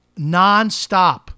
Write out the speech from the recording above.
nonstop